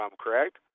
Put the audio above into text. correct